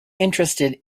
interested